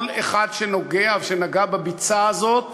כל אחד שנוגע ונגע בביצה הזאת